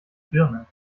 birnen